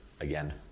again